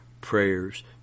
prayers